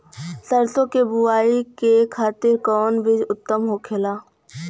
सरसो के बुआई के लिए कवन बिज उत्तम होखेला?